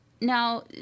now